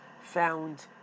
found